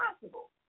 possible